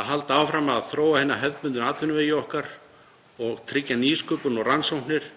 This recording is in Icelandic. að halda áfram að þróa hina hefðbundnu atvinnuvegi okkar og tryggja nýsköpun og rannsóknir